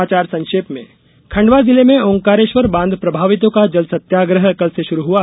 कुछ समाचार संक्षेप में खंडवा जिले में ओंकारेश्वर बांध प्रभावितों का जल सत्याग्रह कल से शुरू हुआ